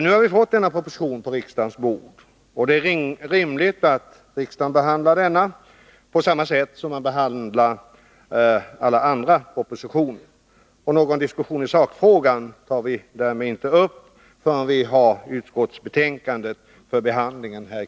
Nu har vi fått denna proposition på riksdagens Torsdagen den bord, och det är rimligt att riksdagen behandlar den på samma sätt som man 11 mars 1982 behandlar alla andra propositioner. Någon diskussion i sakfrågan tar vi därmed inte upp förrän vi har utskottsbetänkandet för behandling här i